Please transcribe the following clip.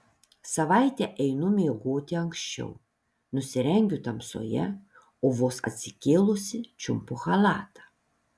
savaitę einu miegoti anksčiau nusirengiu tamsoje o vos atsikėlusi čiumpu chalatą